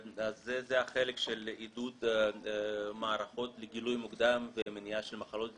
זה החלק של עידוד מערכות לגילוי מוקדם ומניעה של מחלות זקנה.